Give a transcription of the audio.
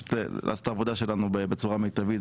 פשוט לעשות את העבודה שלנו בצורה מיטבית,